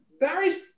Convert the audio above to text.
Barry's